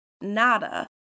nada